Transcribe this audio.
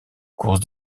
course